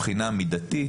בחינה מידתית,